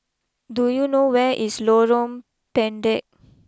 do you know where is Lorong Pendek